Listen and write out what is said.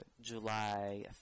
July